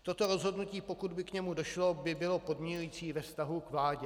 Toto rozhodnutí, pokud by k němu došlo, by bylo podmiňující ve vztahu k vládě.